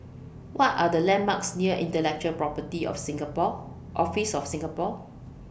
What Are The landmarks near Intellectual Property of Singapore Office of Singapore